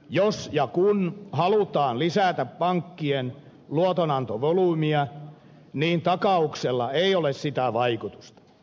jos ja kun halutaan lisätä pankkien luotonantovolyymia niin takauksella ei ole sitä vaikutusta